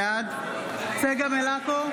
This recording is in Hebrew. בעד צגה מלקו,